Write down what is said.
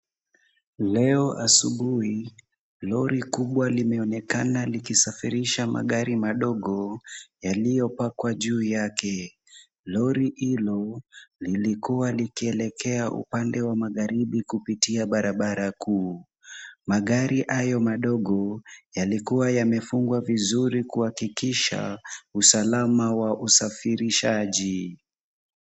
Leo asubuhi, lori kubwa limeonekana likisafirisha magari madogo yaliyopakiwa juu yake. Lori hilo lilikuwa likielekea upande wa magharibi kupitia barabara kuu. Magari hayo madogo yalikuwa yamefungwa vizuri kuhakikisha usalama wa usafirishaji.